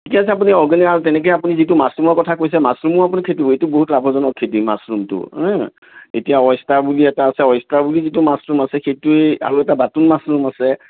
এতিয়া যদি আপুনি অৰ্গেনিক আৰু তেনেকেই আপুনি যিটো মাছৰুমৰ কথা কৈছে মাছৰুমো আপুনি খেতি কৰিব এইটো বহুত লাভজনক খেতি মাছৰুমটো হু এতিয়া অয়েষ্টাৰ বুলি এটা আছে অয়েষ্টাৰ বুলি যিটো মাছৰুম আছে সেইটোেৱ আগতে বাটন মাছৰুম আছে